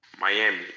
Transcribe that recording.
Miami